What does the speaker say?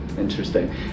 Interesting